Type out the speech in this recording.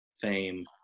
fame